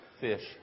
fish